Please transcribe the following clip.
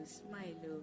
smile